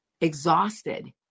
exhausted